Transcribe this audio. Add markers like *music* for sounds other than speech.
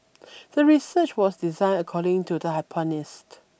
*noise* the research was designed according to the hypothesis